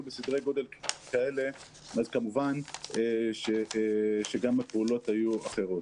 בסדרי גודל כאלה אז כמובן שגם הפעולות היו אחרות.